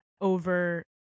over